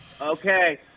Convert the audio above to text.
Okay